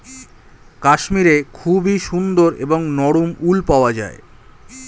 কাশ্মীরে খুবই সুন্দর এবং নরম উল পাওয়া যায়